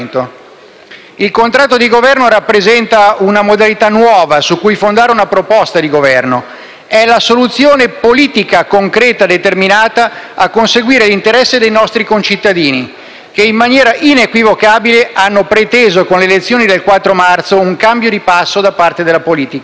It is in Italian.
Il contratto di Governo rappresenta una modalità nuova su cui fondare una proposta di Governo; è la soluzione politica concreta e determinata a conseguire l'interesse dei nostri concittadini, che in maniera inequivocabile hanno preteso, con le elezioni del 4 marzo, un cambio di passo da parte della politica.